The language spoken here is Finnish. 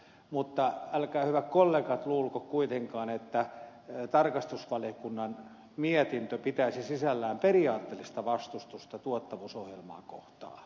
mutta älkää hyvät kollegat luulko kuitenkaan että tarkastusvaliokunnan mietintö pitäisi sisällään periaatteellista vastustusta tuottavuusohjelmaa kohtaan